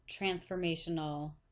transformational